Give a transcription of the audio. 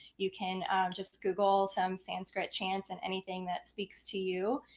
you can just google some sanskrit chants and anything that speaks to you.